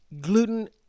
gluten